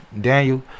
Daniel